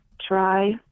try